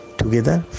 together